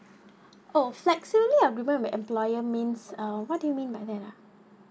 oh flexibly agreement with employer means uh what do you mean by that ah